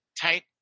tight